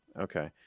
Okay